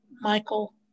Michael